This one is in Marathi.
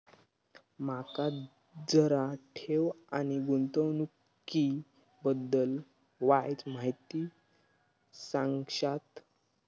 माका जरा ठेव आणि गुंतवणूकी बद्दल वायचं माहिती सांगशात?